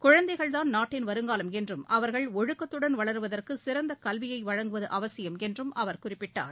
குழந்தைகள் தான் நாட்டின் வருங்காலம் என்றும் அவா்கள் ஒழுக்கத்துடன் வளருவதற்கு சிறந்த கல்வியை வழங்குவது அவசியம் என்றும் அவர் குறிப்பிட்டார்